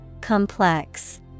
Complex